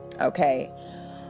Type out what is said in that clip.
okay